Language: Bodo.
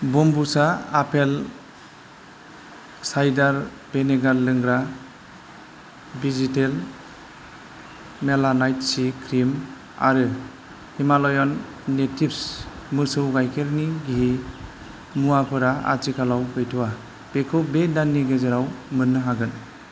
ब'म्बुचआ आपेल सायदार बिनेगार लोंग्रा बेजितेल मेलानाइट सि क्रिम आरो हिमालयान नेटिव्स मोसौ गाइखेरनि गिहि मुवाफोरा आथिखालाव गैथ'आ बेखौ बे दाननि गेजेराव मोन्नो हागोन